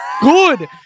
good